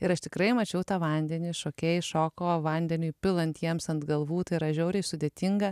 ir aš tikrai mačiau tą vandenį šokėjai šoko vandeniui pilant jiems ant galvų tai yra žiauriai sudėtinga